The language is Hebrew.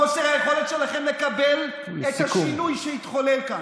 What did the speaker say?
חוסר היכולת שלכם לקבל את השינוי שהתחולל כאן.